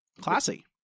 Classy